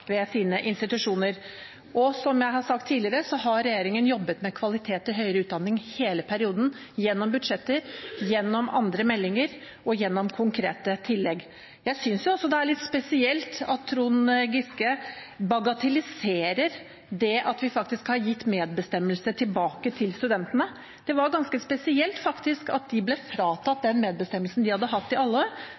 sine institusjoner. Og som jeg har sagt tidligere, har regjeringen jobbet med kvalitet i høyere utdanning i hele perioden – gjennom budsjetter, gjennom andre meldinger og gjennom konkrete tillegg. Jeg synes også det er litt spesielt at Trond Giske bagatelliserer det at vi har gitt medbestemmelse tilbake til studentene. Det var ganske spesielt at de ble fratatt den medbestemmelsen de hadde hatt i alle år.